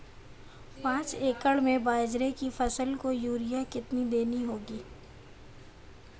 पांच एकड़ में बाजरे की फसल को यूरिया कितनी देनी होगी?